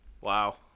Wow